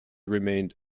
remained